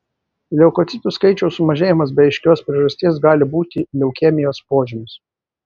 leukocitų skaičiaus sumažėjimas be aiškios priežasties gali būti leukemijos požymis